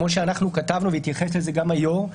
כמו שאנחנו כתבנו והתייחס לזה גם היושב-ראש,